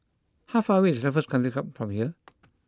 how far away is Raffles Country Club from here